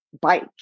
Bike